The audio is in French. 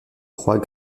croix